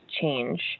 change